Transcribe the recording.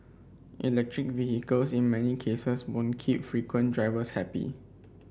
electric vehicles in many cases won't keep frequent drivers happy